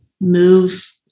move